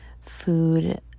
food